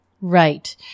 Right